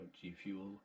G-Fuel